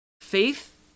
Faith